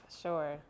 Sure